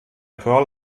pearl